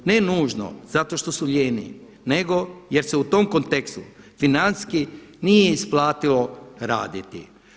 Ne nužno zato što su lijeni, nego jer se u tom kontekstu financijski nije isplatilo raditi.